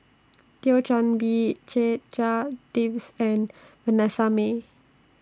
Thio Chan Bee Checha Davies and Vanessa Mae